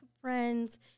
friends